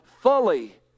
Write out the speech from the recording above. fully